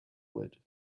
wood